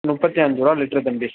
முப்பத்தி அஞ்சு ரூபா லிட்ரு தம்பி